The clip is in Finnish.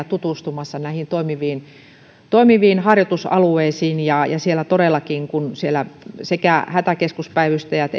tutustumassa näihin toimiviin toimiviin harjoitusalueisiin ja ja siellä todellakin kun siellä hätäkeskuspäivystäjät